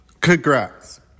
Congrats